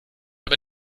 aber